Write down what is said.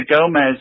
Gomez